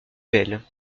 belle